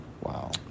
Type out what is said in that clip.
Wow